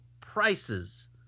prices